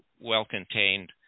well-contained